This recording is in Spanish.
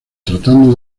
tratando